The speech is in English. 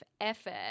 effort